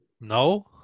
No